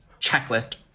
checklist